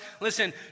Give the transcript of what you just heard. listen